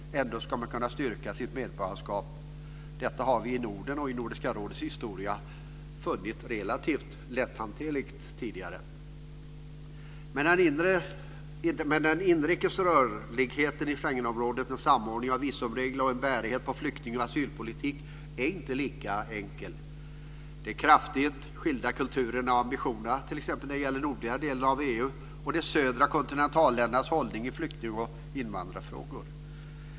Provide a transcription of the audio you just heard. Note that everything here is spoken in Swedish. Ändå ska man kunna styrka sitt medborgarskap. Detta har vi i Nordens och Nordiska rådets historia funnit relativt lätthanterligt tidigare. Men den inrikes rörligheten i Schengenområdet med samordning av visumregler och en bärighet på flykting och asylpolitik är inte lika enkel med de kraftigt skilda kulturerna och ambitionerna t.ex. när det gäller nordligare delen av EU och de södra kontinentalländernas hållning i flykting och invandrarfrågor.